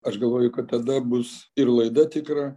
aš galvoju kad tada bus ir laida tikra